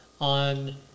on